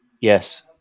Yes